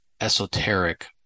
esoteric